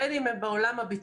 בין אם הם בעולם הביטחוני,